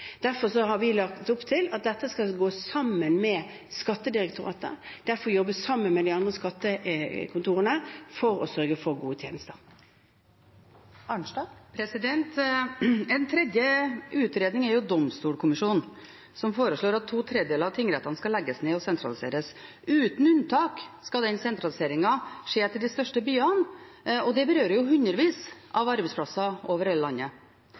Derfor har vi lagt opp til at dette skal gå sammen med Skattedirektoratet – jobbe sammen med de andre skattekontorene for å sørge for gode tjenester. Det blir oppfølgingsspørsmål – først Marit Arnstad. En tredje utredning er fra Domstolkommisjonen, som foreslår at to tredeler av tingrettene skal legges ned og sentraliseres. Uten unntak skal den sentraliseringen skje til de største byene, og det berører hundrevis av arbeidsplasser over hele landet.